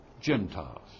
Gentiles